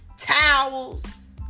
towels